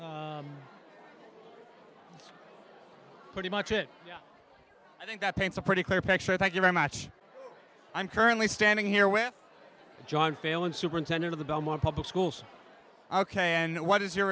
pretty much it i think that paints a pretty clear picture thank you very much i'm currently standing here with john phailin superintendent of the belmont public schools ok and what is your